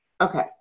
okay